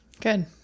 Good